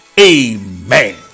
amen